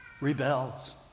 rebels